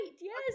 Yes